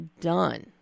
done